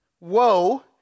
woe